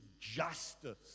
justice